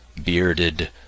Bearded